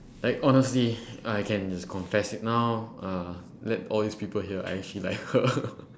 like honestly I can just confess it now uh let all this people hear I actually like her